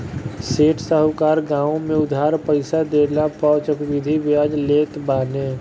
सेठ साहूकार गांव में उधार पईसा देहला पअ चक्रवृद्धि बियाज लेत बाने